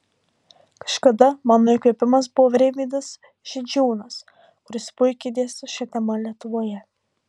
kažkada mano įkvėpimas buvo rimvydas židžiūnas kuris puikiai dėsto šia tema lietuvoje